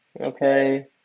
okay